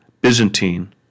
Byzantine